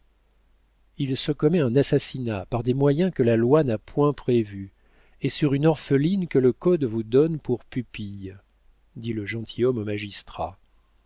il se commet un assassinat par des moyens que la loi n'a point prévus et sur une orpheline que le code vous donne pour pupille dit le gentilhomme au magistrat